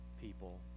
people